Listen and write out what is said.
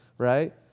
Right